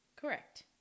Correct